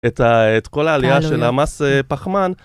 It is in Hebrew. את כל העלייה של המס פחמן.